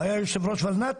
הוא היה יושב ראש ולנת"ע,